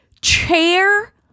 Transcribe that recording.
chair